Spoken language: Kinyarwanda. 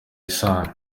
isano